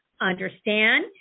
understand